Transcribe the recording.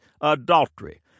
adultery